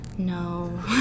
No